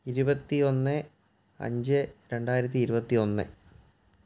ഇരുപത്തി ഒന്ന് അഞ്ച് രണ്ടായിരത്തി ഇരുപത്തി ഒന്ന്